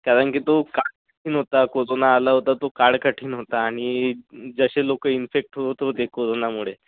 कारण की तो होता कोरोना आला होता तो काळ कठीण होता आणि जसे लोकं इन्फेक्ट होत होते कोरोनामुळे